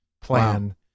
plan